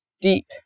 deep